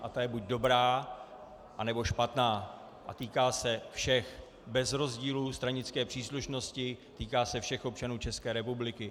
A ta je buď dobrá, anebo špatná a týká se všech bez rozdílu stranické příslušnosti, týká se všech občanů České republiky.